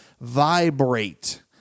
vibrate